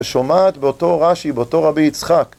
שומעת באותו רש"י, באותו רבי יצחק.